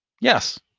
Yes